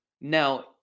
Now